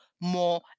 more